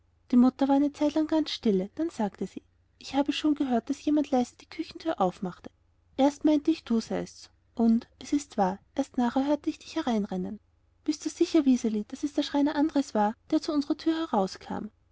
die mutter war eine zeitlang ganz stille dann sagte sie ich habe schon gehört daß jemand leise die küchentür aufmachte erst meinte ich du seist's und es ist wahr erst nachher hörte ich dich hereinrennen bist du sicher wiseli daß es der schreiner andres war der zu unserer tür herauskam